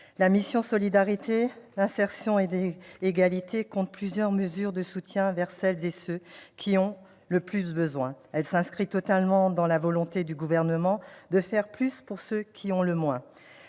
La mission « Solidarité, insertion et égalité des chances » compte plusieurs mesures de soutien destinées à celles et ceux qui en ont le plus besoin. Elle s'inscrit totalement dans la volonté du Gouvernement de « faire plus pour ceux qui ont le moins